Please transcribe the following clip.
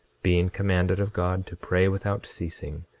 being commanded of god to pray without ceasing,